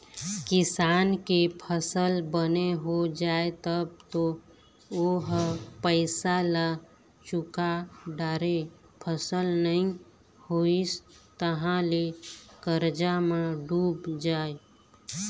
किसान के फसल बने हो जाए तब तो ओ ह पइसा ल चूका डारय, फसल नइ होइस तहाँ ले करजा म डूब जाए